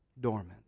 dormant